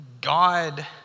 God